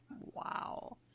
Wow